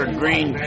green